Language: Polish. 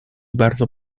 bardzo